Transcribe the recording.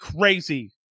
crazy